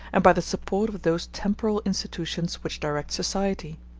and by the support of those temporal institutions which direct society.